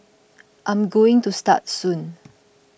I'm going to start soon